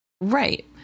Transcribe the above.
Right